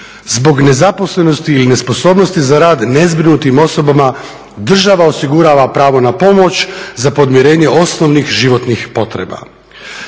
zbog nezaposlenosti ili nesposobnosti za rad nezbrinutim osobama država osigurava pravo na pomoć za podmirenje osnovnih životnih potreba.